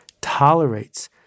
tolerates